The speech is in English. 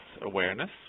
awareness